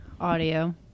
Audio